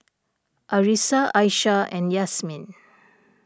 Arissa Aisyah and Yasmin